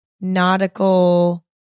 nautical